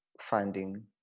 funding